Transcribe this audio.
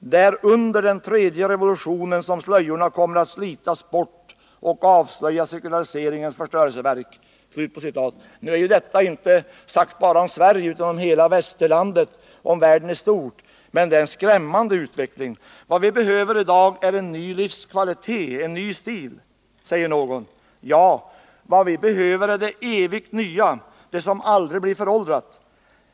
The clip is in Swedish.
Det är under den tredje revolutionen som slöjorna kommer att slitas bort och avslöja sekulariseringens förstörelseverk.” Detta är inte sagt bara om Sverige utan om hela Västerlandet och världen i stort, men det är en skrämmande utveckling. Vad vi i dag behöver är en ny livskvalitet, en ny stil, säger någon. Ja, vad vi behöver är det evigt nya, det som aldrig blir föråldrat.